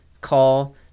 call